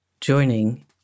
joining